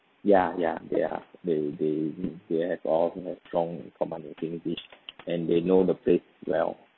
ya ya they're they they mm they have um they have strong command in english and they know the place well